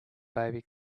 baby